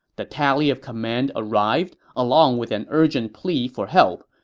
the tally of command arrived, along with an urgent plea for help.